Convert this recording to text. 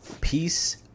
Peace